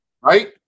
Right